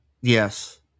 Yes